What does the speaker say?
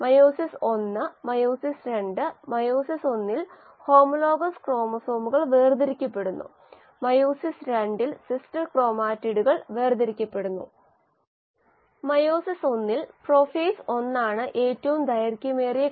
glucose ഒരു സാധാരണ സബ്സ്ട്രേറ്റ്ണെന്ന് നമ്മൾ കണ്ടു കാരണം ഇത് ഗ്ലൈക്കോളിസിസ് എന്നറിയപ്പെടുന്ന കോശങ്ങളിലെ ഒരു പ്രധാന മെറ്റബോളിക് പാതയിൽ പങ്കെടുക്കുന്നു കൂടാതെ ഗ്ലൂക്കോസിനായി ചില ബദലുകൾ നമ്മൾ കണ്ടു കാരണം വ്യവസായത്തിന്റെ പശ്ചാത്തലത്തിൽ നിന്ന് ഗ്ലൂക്കോസ് ചെലവേറിയതാണ്